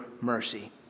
Mercy